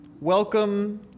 Welcome